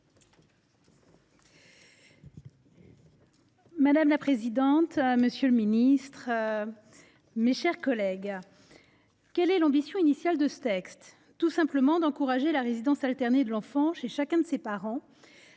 Madame la présidente, monsieur le garde des sceaux, mes chers collègues, quelle est l’ambition initiale de ce texte ? Il s’agit tout simplement d’encourager la résidence alternée de l’enfant chez chacun de ses parents,